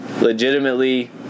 legitimately